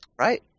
right